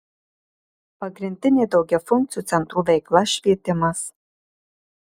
pagrindinė daugiafunkcių centrų veikla švietimas